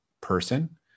person